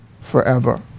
forever